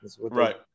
right